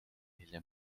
hiljem